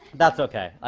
that's ok.